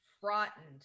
frightened